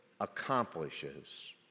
accomplishes